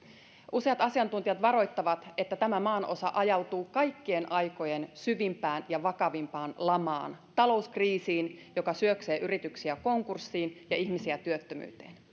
useat asiantuntijat varoittavat että tämä maanosa ajautuu kaikkien aikojen syvimpään ja vakavimpaan lamaan talouskriisiin joka syöksee yrityksiä konkurssiin ja ihmisiä työttömyyteen